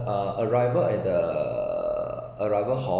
uh arrival at the arrival hall